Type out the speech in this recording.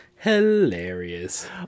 Hilarious